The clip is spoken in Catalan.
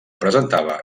presentava